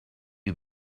you